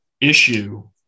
issue